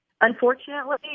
Unfortunately